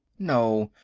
no.